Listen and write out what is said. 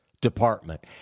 Department